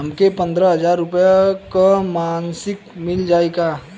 हमके पन्द्रह हजार रूपया क मासिक मिल जाई का?